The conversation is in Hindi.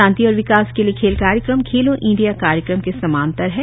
शांति और विकास के लिए खेल कार्यक्रम खेलो इंडिया कार्यक्रम के सामांतर है